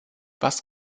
was